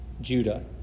Judah